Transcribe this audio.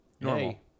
Normal